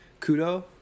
Kudo